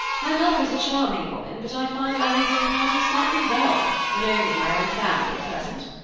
my mother is a charming woman, but i find our evening parties slightly dull, when only my own family are present.